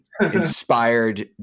inspired